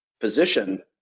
position